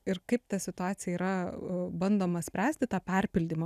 ir kaip tą situaciją yra bandoma spręsti tą perpildymą